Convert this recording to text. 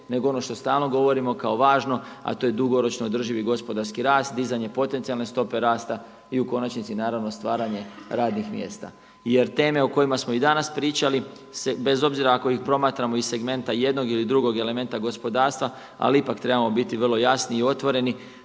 nego i ono što stalno govorimo kao važno, a to je dugoročno održivi gospodarski rast, dizanje potencijalne stope rasta i u konačnici naravno stvaranje radnih mjesta. Jer teme o kojima smo i danas pričali smo, bez obzira ako ih promatramo iz segmenta jednog ili drugog elementa gospodarstva, ali ipak trebamo biti vrlo jasni i otvoreni